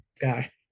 guy